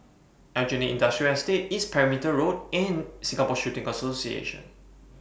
Aljunied Industrial Estate East Perimeter Road and Singapore Shooting Association